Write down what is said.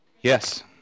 Yes